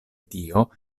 tio